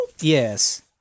Yes